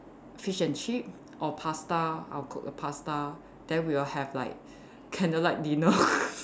fish and chip or pasta I'll cook a pasta then we will have like candlelit dinner